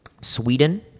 Sweden